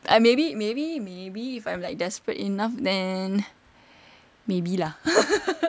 maybe maybe maybe if I'm like desperate enough then maybe lah